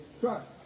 trust